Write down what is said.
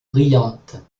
brillante